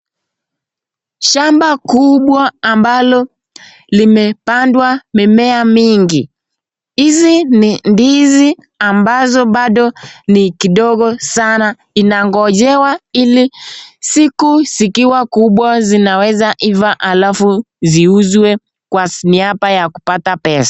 Shamba kubwa ambalo limepandwa mimea mingi. Hizi ni ndizi ambazo bado ni kidogo sana inangojewa ili siku zikiwa kubwa niaweza iva halafu ziuzwe kwa niaba ya kupata pesa.